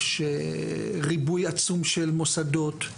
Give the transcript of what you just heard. יש ריבוי עצום של מוסדות,